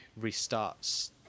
restarts